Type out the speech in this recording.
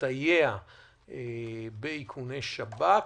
ולהסתייע באיכוני שב"כ,